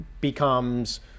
becomes